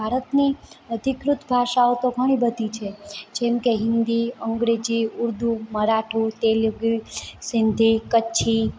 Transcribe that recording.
ભારતની અધિકૃત ભાષાઓ તો ઘણી બધી છે જેમ કે હિન્દી અંગ્રેજી ઉર્દુ મરાઠી તેલુગુ સિંધી કચ્છી